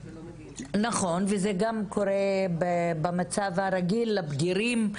נכון, וזה גם קורה במצב הרגיל לבגירים.